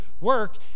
work